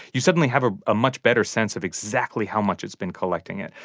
you suddenly have a ah much better sense of exactly how much it's been collecting it.